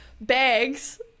bags